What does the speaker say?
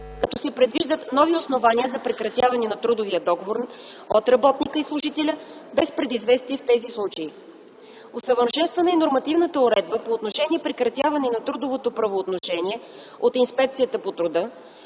като се предвиждат нови основания за прекратяване на трудовия договор от работника и служителя без предизвестие в тези случаи. Усъвършенствана е нормативната уредба по отношение прекратяване на трудовото правоотношение от Инспекцията по труда